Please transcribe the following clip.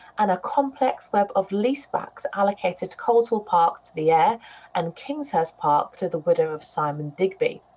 and a complex web of leasebacks allocated to coleshill park to the heir and kingshurst park to the widow of simon digby.